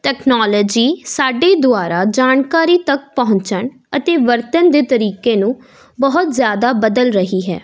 technology ਸਾਡੇ ਦੁਆਰਾ ਜਾਣਕਾਰੀ ਤੱਕ ਪਹੁੰਚਣ ਅਤੇ ਵਰਤਣ ਦੇ ਤਰੀਕੇ ਨੂੰ ਬਹੁਤ ਜ਼ਿਆਦਾ ਬਦਲ ਰਹੀ ਹੈ